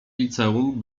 liceum